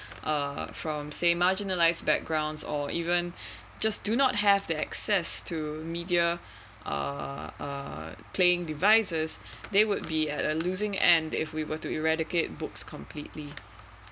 uh from say marginalised backgrounds or even just do not have the access to media uh playing devices they would be at a losing end if we were to eradicate books completely